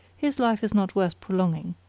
his life is not worth prolonging.